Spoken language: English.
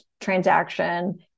transaction